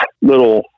little